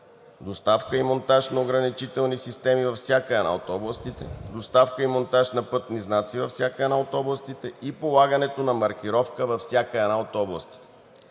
доставка и монтаж на осигурителни системи във всяка една от областите, доставка и монтаж на пътни знаци във всяка една от областите, полагането на маркировка във всяка от областите.